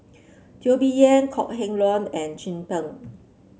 Teo Bee Yen Kok Heng Leun and Chin Peng